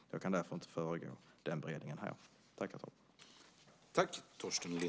Jag kan därför inte här föregå den beredningen.